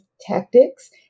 tactics